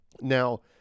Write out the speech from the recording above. Now